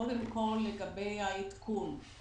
קודם כל לגבי העדכון.